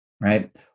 right